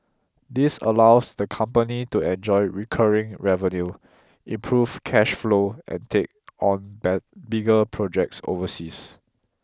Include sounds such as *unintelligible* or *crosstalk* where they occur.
this allows the company to enjoy recurring revenue improve cash flow and take on *unintelligible* bigger projects overseas